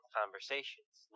conversations